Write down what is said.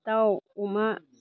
दाउ अमा